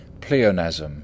Pleonasm